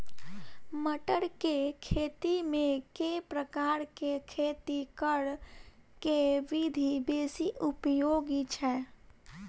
मटर केँ खेती मे केँ प्रकार केँ खेती करऽ केँ विधि बेसी उपयोगी छै?